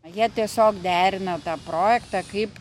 jie tiesiog derina tą projektą kaip